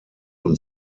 und